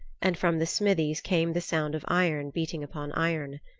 and from the smithies came the sound of iron beating upon iron.